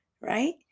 right